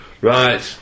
Right